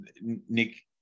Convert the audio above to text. Nick